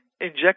inject